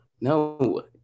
no